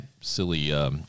silly